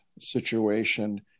situation